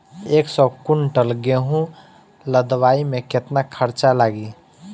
एक सौ कुंटल गेहूं लदवाई में केतना खर्चा लागी?